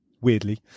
weirdly